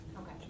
Okay